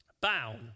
bound